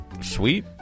Sweet